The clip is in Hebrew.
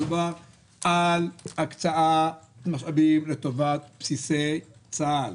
דובר על הקצאת משאבים לטובת בסיסי צה"ל.